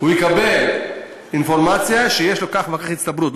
הוא יקבל אינפורמציה שהצטברו לו כך וכך נקודות.